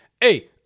hey